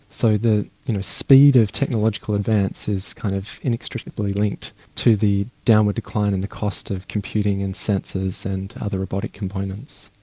so the speed of technological advance is kind of inextricably linked to the downward decline in the cost of computing and sensors and other robotic components.